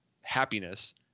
happiness